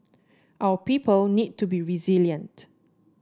our people need to be resilient